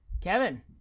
Kevin